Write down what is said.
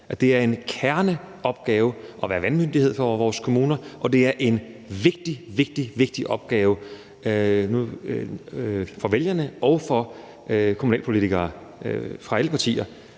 det er en kerneopgave at være vandmyndighed for vores kommuner, og det er en vigtig, vigtig opgave for vælgerne og for kommunalpolitikere fra alle partier